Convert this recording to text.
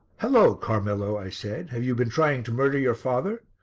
hullo! carmelo, i said, have you been trying to murder your father?